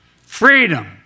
freedom